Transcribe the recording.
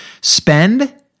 spend